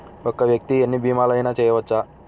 ఒక్క వ్యక్తి ఎన్ని భీమలయినా చేయవచ్చా?